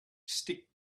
stick